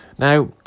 Now